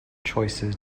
choices